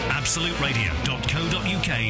absoluteradio.co.uk